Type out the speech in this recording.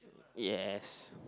yes